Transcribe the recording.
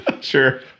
Sure